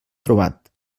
trobat